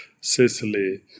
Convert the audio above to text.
Sicily